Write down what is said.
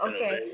Okay